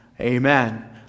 Amen